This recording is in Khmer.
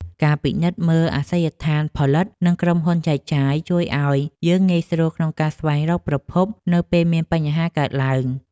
ការពិនិត្យមើលអាសយដ្ឋានផលិតនិងក្រុមហ៊ុនចែកចាយ ជួយឱ្យយើងងាយស្រួលក្នុងការស្វែងរកប្រភពនៅពេលមានបញ្ហាកើតឡើង។